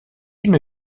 une